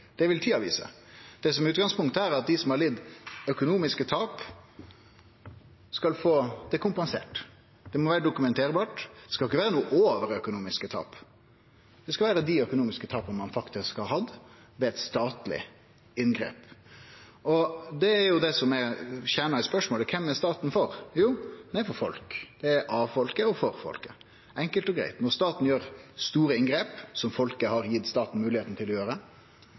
Det vil tida vise. Det som er utgangspunktet her, er at dei som har lidd økonomiske tap, skal få det kompensert. Det må vere dokumenterbart. Det skal ikkje vere noko over økonomiske tap, det skal vere dei økonomiske tapa ein faktisk har hatt ved eit statleg inngrep. Det er det som er kjernen i spørsmålet: Kven er staten for? Jo, han er for folk – av folket og for folket, enkelt og greitt. Når staten gjer store inngrep, som folket har gitt staten moglegheit til å gjere,